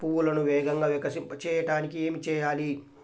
పువ్వులను వేగంగా వికసింపచేయటానికి ఏమి చేయాలి?